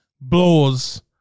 blows